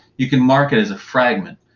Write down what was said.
you can mark it as a fragment.